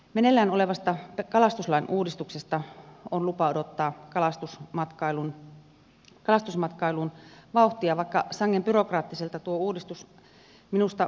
meneillään olevasta kalastuslain uudistuksesta on lupa odottaa kalastusmatkailuun vauhtia vaikka sangen byrokraattiselta tuo uudistus minusta vaikuttaa